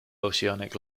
oceanic